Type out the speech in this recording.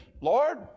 Lord